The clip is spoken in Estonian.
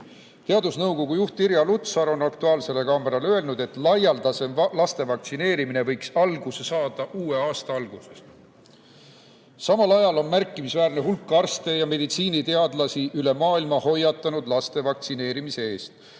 Teadusnõukoja juht Irja Lutsar on "Aktuaalsele kaamerale" öelnud, et laialdasem laste vaktsineerimine võiks alguse saada uue aasta alguses. Samal ajal on märkimisväärne hulk arste ja meditsiiniteadlasi üle maailma hoiatanud laste vaktsineerimise eest,